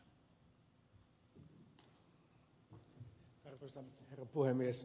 arvoisa herra puhemies